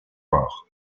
bompard